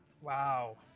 Wow